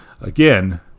Again